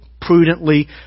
prudently